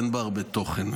אין בה הרבה תוכן.